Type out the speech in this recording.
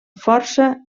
força